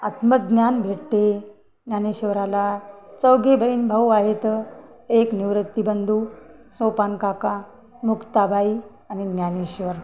आत्मज्ञान भेटते ज्ञानेश्वराला चौघे बहीणभाऊ आहेत एक निवृत्ती बंधू सोपान काका मुक्ताबाई आणि ज्ञानेश्वर